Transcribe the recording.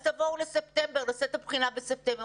תבואו בספטמבר ונעשה את הבחינה בספטמבר.